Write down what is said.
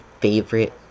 favorite